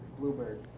bluebird?